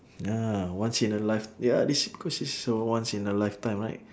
ya once in a life~ ya this is because is all once in a lifetime right